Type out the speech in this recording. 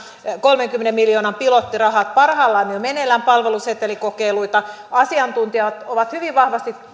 kolmenkymmenen miljoonan pilottirahat parhaillaan on jo meneillään palvelusetelikokeiluita asiantuntijat ovat hyvin vahvasti